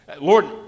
Lord